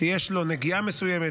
שיש לו נגיעה מסוימת,